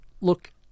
look